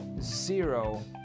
zero